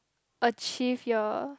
achieve your